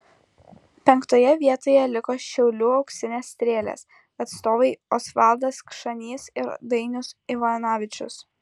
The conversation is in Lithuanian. penktoje vietoje liko šiaulių auksinės strėlės atstovai osvaldas kšanys ir dainius ivanavičius